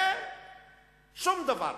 זה שום דבר.